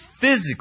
physically